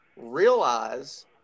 Realize